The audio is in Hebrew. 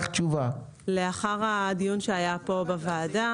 לאחר הדיון האחרון שהיה פה בינואר